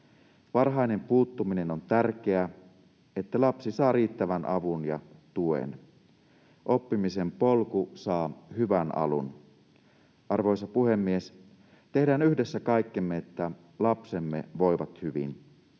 Varhainen puuttuminen on tärkeää, että lapsi saa riittävän avun ja tuen. Oppimisen polku saa hyvän alun. Arvoisa puhemies! Tehdään yhdessä kaikkemme, että lapsemme voivat hyvin.